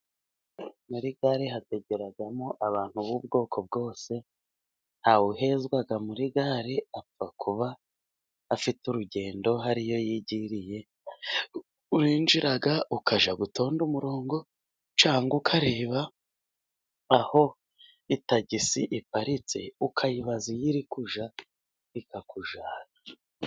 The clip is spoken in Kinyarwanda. Muri gare hategeramo abantu b'ubwoko bwose, ntawe uhezwa muri gare, apfa kuba afite urugendo, hari iyo yigiriye, urinjira ukajya gutonda umurongo, cyangwa ukareba aho tagisi iparitse ukayibaza iyo iri kujya ikakujyana.